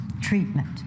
treatment